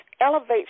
elevates